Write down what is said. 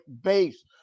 base